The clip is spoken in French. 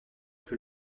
que